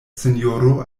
sinjoro